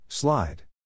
Slide